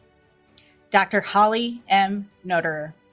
dr. holly m. knoderer